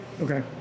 Okay